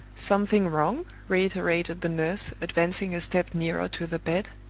something wrong? reiterated the nurse, advancing a step nearer to the bed.